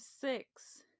six